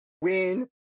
Win